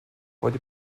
heute